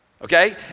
Okay